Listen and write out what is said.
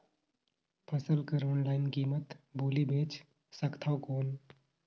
फसल कर ऑनलाइन कीमत बोली बेच सकथव कौन?